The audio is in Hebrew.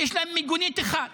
יש להם מיגונית אחת,